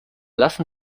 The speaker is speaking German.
lassen